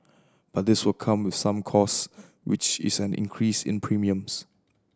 but this will come with some costs which is an increase in premiums